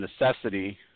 necessity